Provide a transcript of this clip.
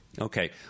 Okay